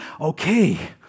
Okay